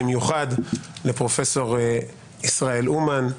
במיוחד לפרופ' ישראל אומן,